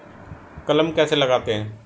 कलम कैसे लगाते हैं?